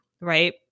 right